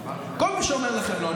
כל מי שאומר לכם לא.